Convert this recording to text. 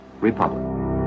republic